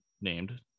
named